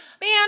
Man